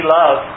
love